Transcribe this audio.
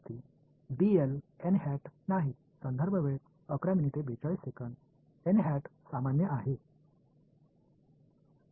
विद्यार्थी नाही सामान्य आहे